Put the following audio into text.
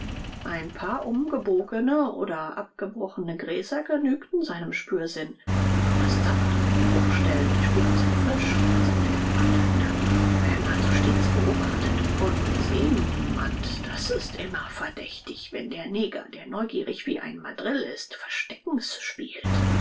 ein paar umgebogene oder abgebrochene gräser genügten seinem spürsinn noch ist saft an den bruchstellen die spuren sind frisch sagte der pfadfinder wir werden also stets beobachtet und wir sehen niemand es ist immer verdächtig wenn der neger der neugierig wie ein mandril ist versteckens spielt